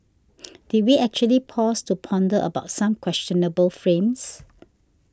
did we actually pause to ponder about some questionable frames